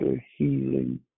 healing